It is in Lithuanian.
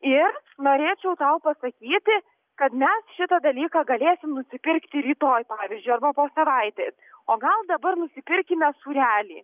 ir norėčiau tau pasakyti kad mes šitą dalyką galėsim nusipirkti rytoj pavyzdžiui arba po savaitės o gal dabar nusipirkime sūrelį